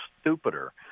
stupider